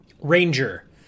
Ranger